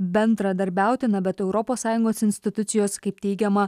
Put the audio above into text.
bendradarbiauti na bet europos sąjungos institucijos kaip teigiama